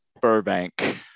Burbank